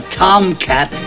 tomcat